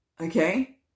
Okay